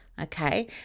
okay